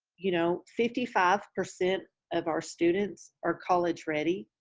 you know, fifty five percent of our students are college ready.